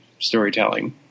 storytelling